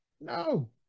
No